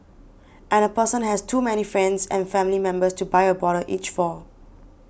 and the person has too many friends and family members to buy a bottle each for